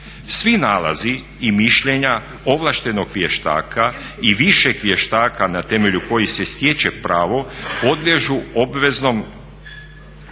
Svi nalazi i mišljenja ovlaštenog vještaka i višeg vještaka na temelju kojih se stječe pravo podliježu obveznoj